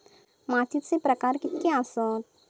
मातीचे प्रकार कितके आसत?